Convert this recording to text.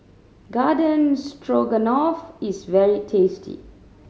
Garden Stroganoff is very tasty